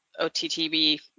OTTB